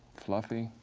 fluffy.